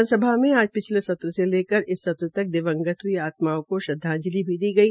विधानसभा में आज पिछले सत्र से लेकर इस सत्र तक दिवंगत हई आत्माओं को श्रद्वाजंलि भी दी गई